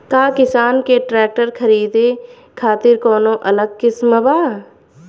का किसान के ट्रैक्टर खरीदे खातिर कौनो अलग स्किम बा?